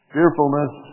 Fearfulness